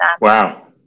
wow